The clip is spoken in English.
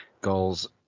Goals